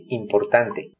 importante